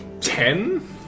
ten